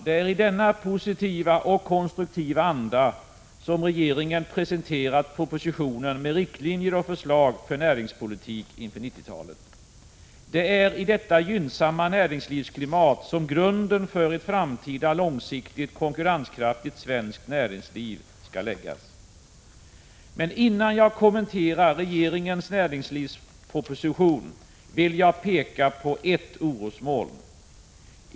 Det är i denna positiva och konstruktiva anda som regeringen presenterat propositionen med riktlinjer och förslag för ”Näringspolitik inför 90-talet”. Det är i detta gynnsamma näringslivsklimat som grunden för ett framtida, långsiktigt konkurrenskraftigt svenskt näringsliv skall läggas. Innan jag kommenterar regeringens näringslivspolitiska proposition vill jag dock peka på ett orosmoln.